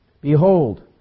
Behold